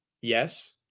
Yes